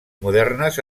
modernes